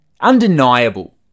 undeniable